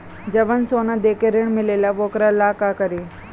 जवन सोना दे के ऋण मिलेला वोकरा ला का करी?